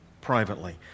privately